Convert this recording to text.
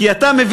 כי אתה,